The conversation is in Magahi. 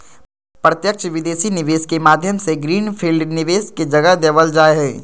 प्रत्यक्ष विदेशी निवेश के माध्यम से ग्रीन फील्ड निवेश के जगह देवल जा हय